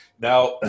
Now